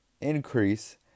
increase